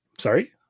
sorry